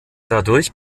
dadurch